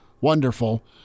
wonderful